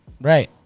Right